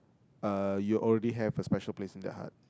uh you already have a special place in their heart